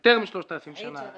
יותר מ-3,000 שנים,